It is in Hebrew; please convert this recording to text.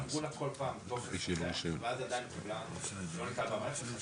אמרו לה כל פעם טופס כזה ואז עדיין לא ניתן במערכת,